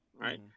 right